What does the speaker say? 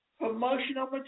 Promotional